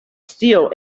still